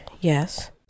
Yes